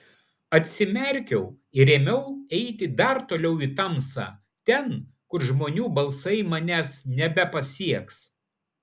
atsimerkiau ir ėmiau eiti dar toliau į tamsą ten kur žmonių balsai manęs nebepasieks